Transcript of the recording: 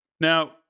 Now